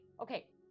okay